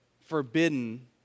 forbidden